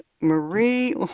Marie